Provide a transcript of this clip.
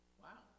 wow